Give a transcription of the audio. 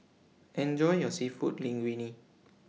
Enjoy your Seafood Linguine